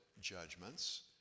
judgments